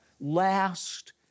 last